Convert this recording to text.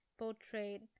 portrayed